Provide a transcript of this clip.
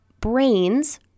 brains